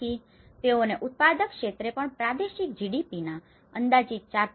આથી તેઓને ઉત્પાદક ક્ષેત્રે પણ પ્રાદેશિક જીડીપીના અંદાજિત ૪